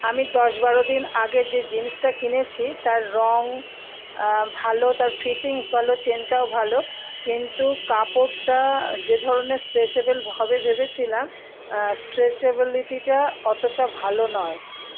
আমি দশ বারো দিন আগে যে জিন্সটা কিনেছি তার রঙ ভালো তার ফিটিংস ভালো চেনটাও ভালো কিন্তু কাপড়টা যে ধরনের স্ট্রেচেবেল হবে ভেবেছিলাম স্ট্রেচেবিলিটা অতটা ভালো নয়